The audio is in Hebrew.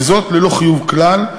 וזאת ללא חיוב כלל,